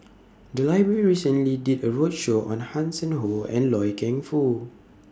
The Library recently did A roadshow on Hanson Ho and Loy Keng Foo